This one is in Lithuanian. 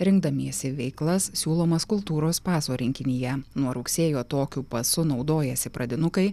rinkdamiesi veiklas siūlomas kultūros paso rinkinyje nuo rugsėjo tokiu pasu naudojasi pradinukai